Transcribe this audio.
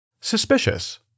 Suspicious